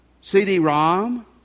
CD-ROM